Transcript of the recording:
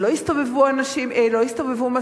ולא יסתובבו משאיות,